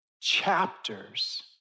chapters